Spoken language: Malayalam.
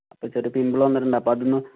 അപ്പോൾ ചെറിയ പിമ്പിൽ വന്നിട്ടുണ്ട് അതൊന്ന്